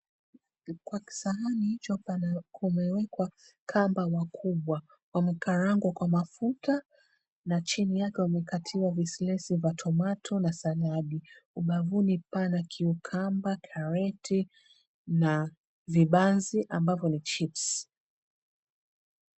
Kwa kisahani hicho pana, kumewekwa kamba wakubwa, wamekarangwa kwa mafuta, na chini yake wamekatiwa visilesi vya tomato na sagali; ubavuni pana kiukamba karoti na vibanzi, ambavyo ni chipsi.